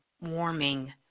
warming